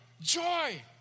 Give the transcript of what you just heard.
joy